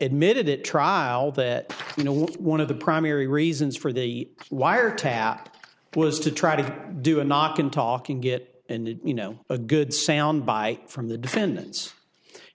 admitted it trial that you know one of the primary reasons for the wiretap was to try to do a not can talking get into you know a good sound bite from the defendants